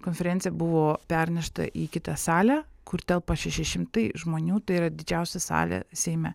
konferencija buvo pernešta į kitą salę kur telpa šeši šimtai žmonių tai yra didžiausia salė seime